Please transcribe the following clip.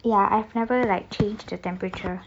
ya I've never like changed the temperature